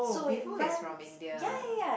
oh Vivo is from India